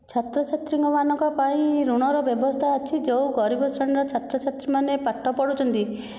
ଛାତ୍ରଛାତ୍ରୀଙ୍କ ମାନଙ୍କ ପାଇଁ ଋଣର ବ୍ୟବସ୍ଥା ଅଛି ଯେଉଁ ଗରିବ ଶ୍ରେଣୀର ଛାତ୍ରଛାତ୍ରୀ ମାନେ ପାଠ ପଢ଼ୁଛନ୍ତି